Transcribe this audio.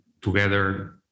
together